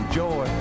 joy